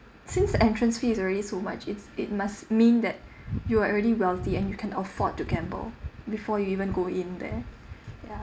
since the entrance fee is already so much it's it must mean that you are already wealthy and you can afford to gamble before you even go in there ya